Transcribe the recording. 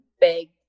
big